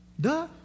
Duh